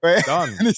done